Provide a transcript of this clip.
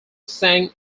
sang